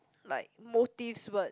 like motives but